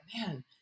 man